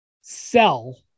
sell